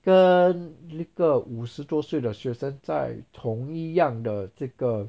跟一个五十多岁的学生在同一样的这个